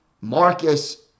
Marcus